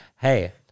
hey